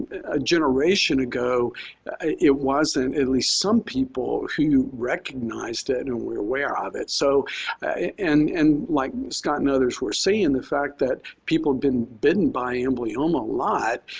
a generation ago it wasn't at least some people who recognize that and we're aware of it. so and and like scott and others were saying, the fact that people have been bitten by amblyomma a lot,